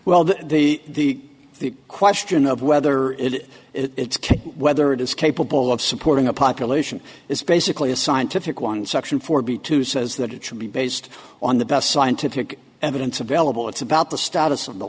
well the the the question of whether it it's whether it is capable of supporting a population is basically a scientific one section four b two says that it should be based on the best scientific evidence available it's about the status of the